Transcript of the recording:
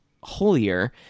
holier